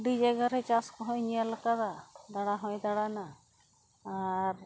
ᱟᱹᱰᱤ ᱡᱟᱭᱜᱟᱨᱮ ᱪᱟᱥ ᱠᱚ ᱦᱚᱸᱭ ᱧᱮᱞ ᱠᱟᱫᱟ ᱫᱟᱬᱟ ᱦᱚᱸᱭ ᱫᱟᱬᱟᱱᱟ ᱟᱨ